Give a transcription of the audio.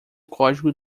código